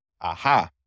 aha